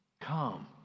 come